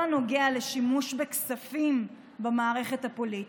הנוגע לשימוש בכספים במערכת הפוליטית.